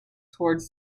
towards